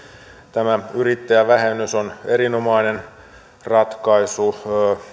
tämä yrittäjävähennys on erinomainen ratkaisu